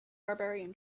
barbarian